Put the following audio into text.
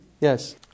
Yes